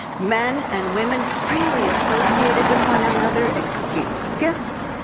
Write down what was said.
men and women freely associated with one another, exchanged gifts.